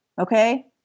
Okay